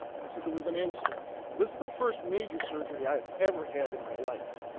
i said, there was an incident? now this is the first major surgery i have ever had in my life.